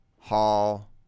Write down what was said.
Hall